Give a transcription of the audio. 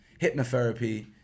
hypnotherapy